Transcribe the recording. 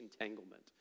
entanglement